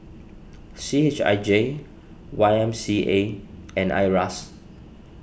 C H I J Y M C A and Iras